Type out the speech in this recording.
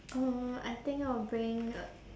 uh I think I'll bring a